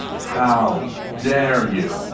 how dare you.